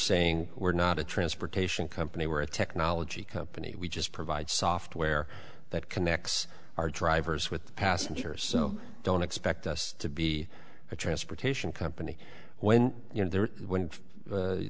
saying we're not a transportation company were a technology company we just provide software that connects our drivers with passengers so don't expect us to be a transportation company when